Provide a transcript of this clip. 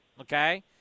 okay